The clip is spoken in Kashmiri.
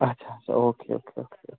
اچھا اچھا اوکے اوکے اوکے اوکے